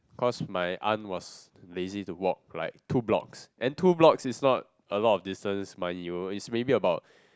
cause my aunt was lazy to walk like two blocks and two blocks is not a lot of distance money you know is maybe about